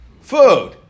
food